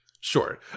Sure